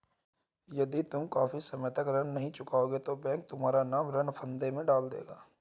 यदि तुम काफी समय तक ऋण नहीं चुकाओगे तो बैंक तुम्हारा नाम ऋण फंदे में डाल देगा